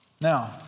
Now